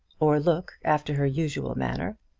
or look after her usual manner.